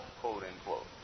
quote-unquote